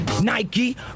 Nike